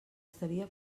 estaria